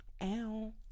Ow